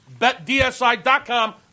BetDSI.com